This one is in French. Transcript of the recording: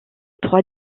trois